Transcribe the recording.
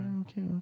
okay